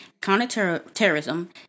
counterterrorism